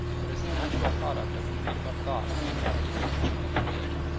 but is the natural product of the freedom of thought inherent in the teaching of the religion.